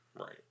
right